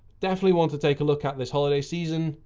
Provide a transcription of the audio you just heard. definitely want to take a look at this holiday season.